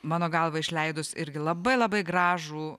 mano galva išleidus irgi labai labai gražų